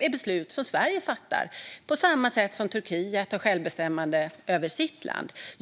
är beslut som Sverige fattar på samma sätt som Turkiet har självbestämmande över sitt land.